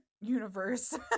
universe